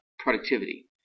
productivity